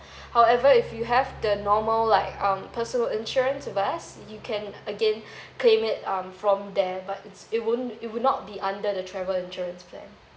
however if you have the normal like um personal insurance with us you can again claim it um from there but it's it wouldn't it would not be under the travel insurance plan